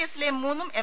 എസിലെ മൂന്നും എം